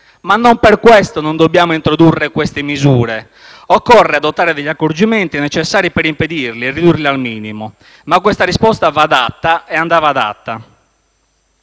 ma non per questo non dobbiamo introdurre quelle misure. Occorre adottare degli accorgimenti necessari per impedirli o ridurli al minimo. Ma questa risposta va data e andava data.